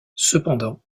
cependant